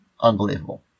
unbelievable